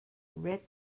red